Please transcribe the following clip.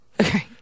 Okay